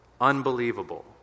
unbelievable